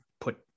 put